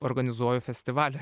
organizuoju festivalį